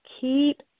keep